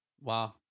Wow